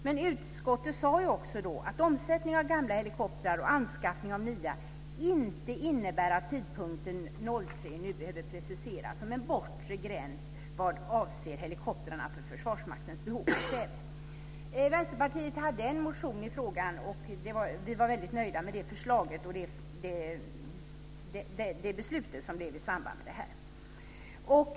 Men utskottet sade också då att omsättningen av gamla helikoptrar och anskaffningen av nya inte innebär att tidpunkten 2003 nu behöver preciseras som en bortre gräns vad avser helikoptrarna för Försvarsmaktens behov på Säve. Vänsterpartiet hade en motion i frågan och vi var väldigt nöjda med det beslut som fattades i samband med detta.